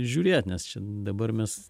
žiūrėt nes dabar mes